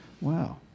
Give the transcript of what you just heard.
Wow